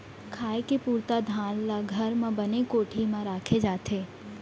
खाए के पुरता धान ल घर म बने कोठी म राखे जाथे